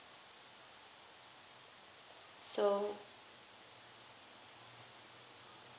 so